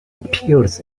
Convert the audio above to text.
appears